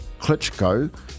Klitschko